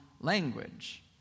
language